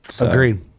Agreed